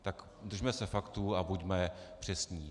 Tak držme se faktů a buďme přesní.